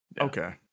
Okay